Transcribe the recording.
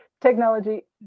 technology